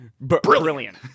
Brilliant